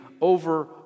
over